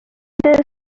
was